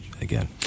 again